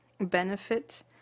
benefit